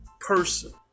person